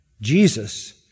Jesus